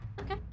Okay